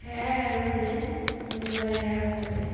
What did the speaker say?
সেয়াই আৰু মানে পুহিব লাগে আৰু সকলোৱে